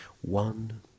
one